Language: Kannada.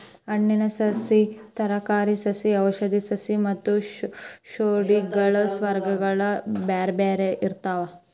ಹಣ್ಣಿನ ಸಸಿ, ತರಕಾರಿ ಸಸಿ ಔಷಧಿ ಸಸಿ ಮತ್ತ ಶೋ ಗಿಡಗಳ ನರ್ಸರಿಗಳು ಬ್ಯಾರ್ಬ್ಯಾರೇ ಇರ್ತಾವ